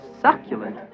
succulent